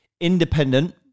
Independent